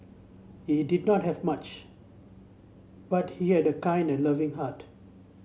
he did not have much but he had a kind and loving heart